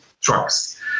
trucks